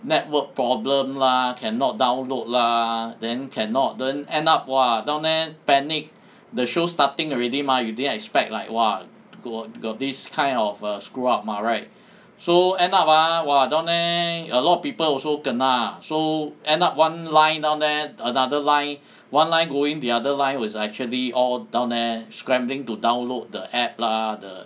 network problem lah cannot download lah then cannot then end up !wah! down there panic the show starting already mah you didn't expect like !wah! got got this kind of err screw up mah right so end up ah !wah! down there a lot of people also kena so end up one line down there another line one line going the other line was actually all down there scrambling to download the app lah the